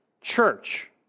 church